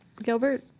gilbert?